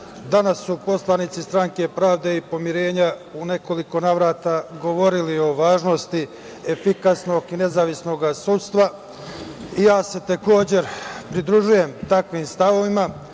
su poslanici Stranke pravde i pomirenja u nekoliko navrata govorili o važnosti, efikasnog i nezavisnog sudstva i ja se takođe pridružujem takvim stavovima,